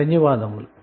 ధన్యవాదములు